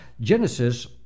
Genesis